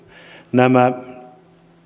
nämä